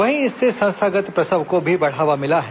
वहीं इससे संस्थागत प्रसव को भी बढ़ावा मिला है